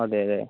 അതെയല്ലേ